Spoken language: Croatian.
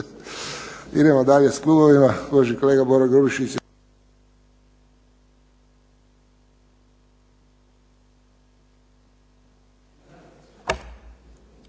Idemo dalje s klubovima.